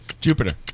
Jupiter